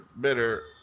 bitter